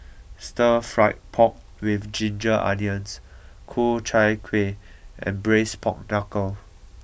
Stir Fried Pork with Ginger Onions Ku Chai Kuih and Braised Pork Knuckle